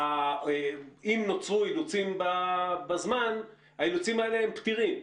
אם נוצרו אילוצים בזמן, האילוצים האלה הם פתירים.